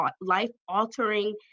life-altering